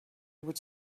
would